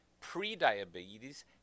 pre-diabetes